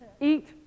Eat